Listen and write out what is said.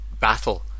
battle